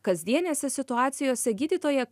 kasdienėse situacijose gydytoja